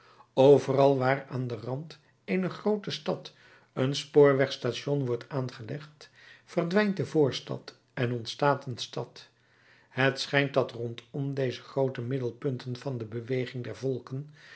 overal waar aan den rand eener groote stad een spoorweg-station wordt aangelegd verdwijnt de voorstad en ontstaat een stad het schijnt dat rondom deze groote middelpunten van de beweging der volken